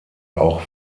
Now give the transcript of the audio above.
auch